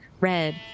red